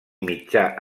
mitjà